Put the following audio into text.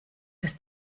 dass